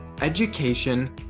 education